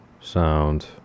sound